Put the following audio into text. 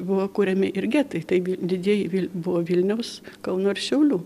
buvo kuriami ir getai taigi didieji buvo vilniaus kauno ir šiaulių